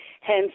hence